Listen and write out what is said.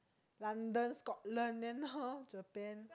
London Scotland then now Japan